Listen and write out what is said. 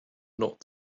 not